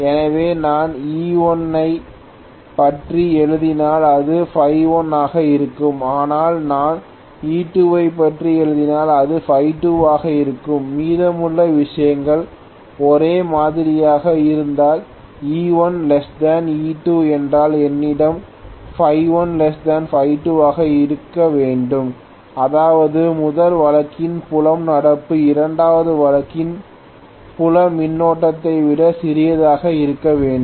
எனவே நான் E1 ஐப் பற்றி எழுதினால் இது Φ1 ஆக இருக்கும் ஆனால் நான் E2 பற்றி எழுதினால் இது Φ2 ஆக இருக்கும் மீதமுள்ள விஷயங்கள் ஒரே மாதிரியாக இருந்தால் E1 E2 என்றால் என்னிடம் Φ1 Φ2 என இருக்க வேண்டும் அதாவது முதல் வழக்கின் புலம் நடப்பு இரண்டாவது வழக்கின் புல மின்னோட்டத்தை விட சிறியதாக இருந்திருக்க வேண்டும்